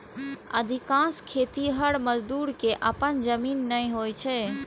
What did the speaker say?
अधिकांश खेतिहर मजदूर कें अपन जमीन नै होइ छै